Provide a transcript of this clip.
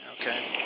Okay